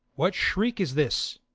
what shriek is this?